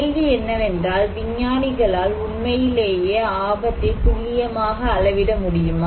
கேள்வி என்னவென்றால் விஞ்ஞானிகளால் உண்மையிலேயே ஆபத்தை துல்லியமாக அளவிட முடியுமா